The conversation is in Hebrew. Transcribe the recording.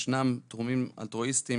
ישנם תורמים אלטרואיסטים.